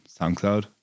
SoundCloud